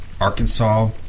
Arkansas